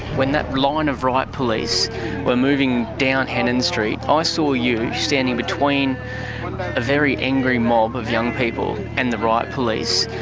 when that line and of riot police were moving down hannan street, i saw you standing between a very angry mob of young people and the riot police.